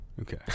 okay